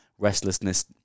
Restlessness